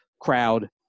crowd